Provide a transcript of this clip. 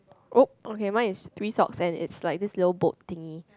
oh okay mine is three socks and its like this little bolt thingy